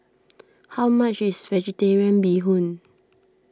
how much is Vegetarian Bee Hoon